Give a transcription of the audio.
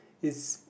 is